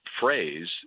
phrase